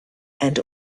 and